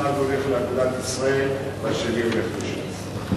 אחד הולך לאגודת ישראל והשני הולך לש"ס?